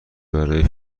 برای